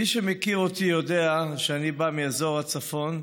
מי שמכיר אותי יודע שאני בא מאזור הצפון,